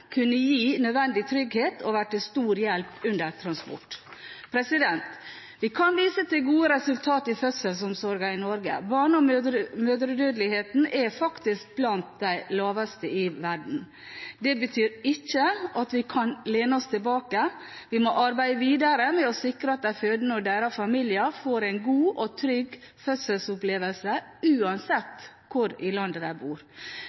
kunne gi nødvendig trygghet og være til stor hjelp under transport. Vi kan vise til gode resultater i fødselsomsorgen i Norge. Barne- og mødredødeligheten er faktisk blant de laveste i verden. Det betyr ikke at vi kan lene oss tilbake. Vi må arbeide videre med å sikre at de fødende og deres familier får en god og trygg fødselsopplevelse, uansett hvor i landet de bor.